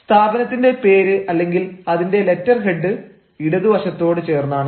സ്ഥാപനത്തിന്റെ പേര് അല്ലെങ്കിൽ അതിന്റെ ലെറ്റർ ഹെഡ് ഇടതുവശത്തോട് ചേർന്നാണ്